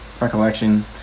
recollection